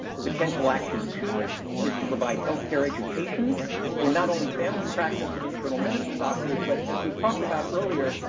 potential action two is to provide health care education for not only family practice and internal medicine doctors, but, as we talked about earlier,